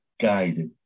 guided